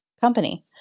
company